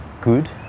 good